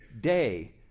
day